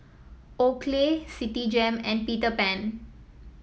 Oakley Citigem and Peter Pan